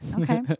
Okay